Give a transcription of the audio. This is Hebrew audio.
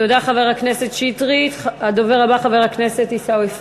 ואני אומר לעשות אותו דבר, להחזיר את החובות.